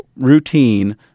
routine